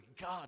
God